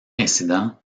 incident